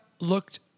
looked